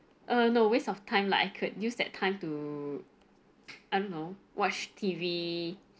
err no waste of time like I could use that time to I don't know watch T_V